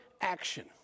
action